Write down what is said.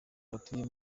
batuye